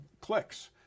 clicks